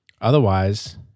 Otherwise